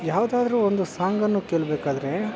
ಯಾವುದಾದ್ರೂ ಒಂದು ಸಾಂಗನ್ನು ಕೇಳ್ಬೇಕಾದ್ರೆ